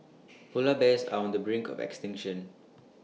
Polar Bears are on the brink of extinction